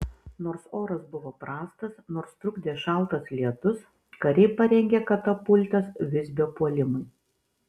nors oras buvo prastas nors trukdė šaltas lietus kariai parengė katapultas visbio puolimui